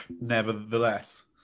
nevertheless